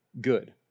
good